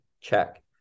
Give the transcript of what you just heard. check